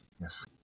Yes